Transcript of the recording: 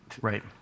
right